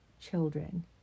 children